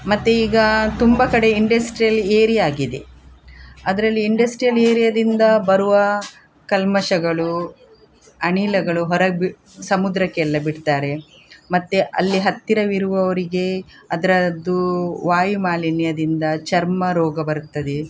ಮತ್ತು ಈಗ ತುಂಬ ಕಡೆ ಇಂಡಸ್ಟ್ರಿಯಲ್ ಏರಿಯ ಆಗಿದೆ ಅದ್ರಲ್ಲಿ ಇಂಡಸ್ಟ್ರಿಯಲ್ ಏರಿಯದಿಂದ ಬರುವ ಕಲ್ಮಶಗಳು ಅನಿಲಗಳು ಹೊರಗೆ ಬಿ ಸಮುದ್ರಕ್ಕೆಲ್ಲ ಬಿಡ್ತಾರೆ ಮತ್ತು ಅಲ್ಲಿ ಹತ್ತಿರವಿರುವವರಿಗೆ ಅದ್ರದ್ದು ವಾಯುಮಾಲಿನ್ಯದಿಂದ ಚರ್ಮ ರೋಗ ಬರುತ್ತದೆ